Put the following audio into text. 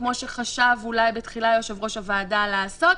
כמו שחשב אולי בתחילה יושב-ראש הוועדה לעשות,